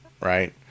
right